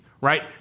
right